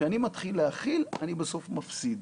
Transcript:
כשאני מתחיל להכיל, אני בסוף מפסיד.